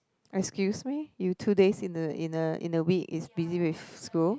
excuse me you two days in a in a in a week is busy with school